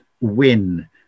win